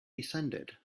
descended